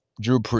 drew